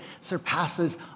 surpasses